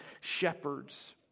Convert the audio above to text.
shepherds